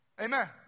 Amen